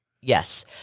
Yes